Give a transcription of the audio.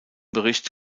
bericht